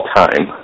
time